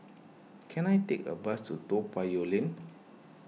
can I take a bus to Toa Payoh Lane